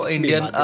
Indian